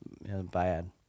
bad